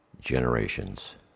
generations